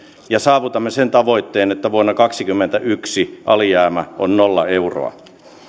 ja saavutamme sen tavoitteen että vuonna kaksikymmentäyksi alijäämä on nolla euroa